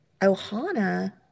Ohana